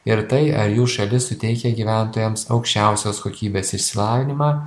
ir tai ar jų šalis suteikia gyventojams aukščiausios kokybės išsilavinimą